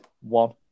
One